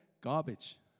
garbage